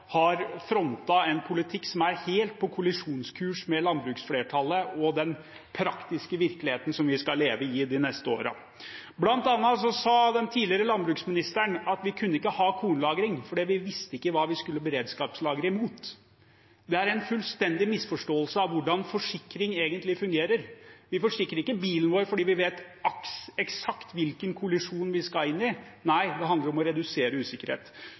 har frontet en politikk som er helt på kollisjonskurs med landbruksflertallet og den praktiske virkeligheten vi skal leve i de neste årene. Blant annet sa den tidligere landbruksministeren at vi ikke kunne ha kornlagring, for vi visste ikke hva vi skulle beredskapslagre mot. Det er en fullstendig misforståelse av hvordan forsikring egentlig fungerer. Vi forsikrer ikke bilen vår fordi vi vet eksakt hvilken kollisjon vi skal inn i – nei, det handler om å redusere usikkerhet.